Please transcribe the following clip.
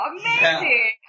amazing